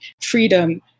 freedom